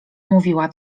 mówiła